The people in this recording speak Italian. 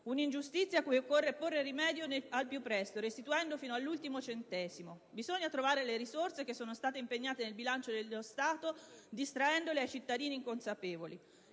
Un'ingiustizia cui occorre porre rimedio al più presto restituendo fino all'ultimo centesimo. Occorre trovare le risorse che sono state impegnate nel bilancio dello Stato distraendole ai cittadini inconsapevoli.